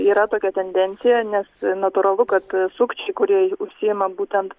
yra tokia tendencija nes natūralu kad sukčiai kurie užsiima būtent